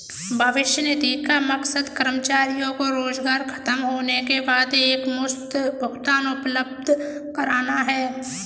भविष्य निधि का मकसद कर्मचारियों को रोजगार ख़तम होने के बाद एकमुश्त भुगतान उपलब्ध कराना है